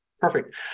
Perfect